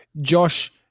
Josh